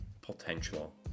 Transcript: potential